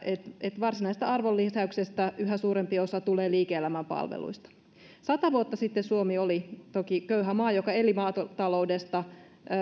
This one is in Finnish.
että että varsinaisesta arvonlisäyksestä yhä suurempi osa tulee liike elämän palveluista sata vuotta sitten suomi oli toki köyhä maa joka eli maataloudesta